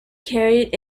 carried